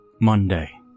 Monday